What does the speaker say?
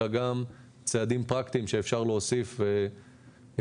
אלא גם צעדים פרקטיים שאפשר להוסיף ולעשות